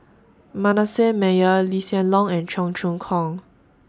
Manasseh Meyer Lee Hsien Loong and Cheong Choong Kong